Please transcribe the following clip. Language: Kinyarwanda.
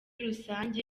rusange